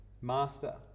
Master